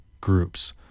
groups